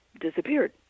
disappeared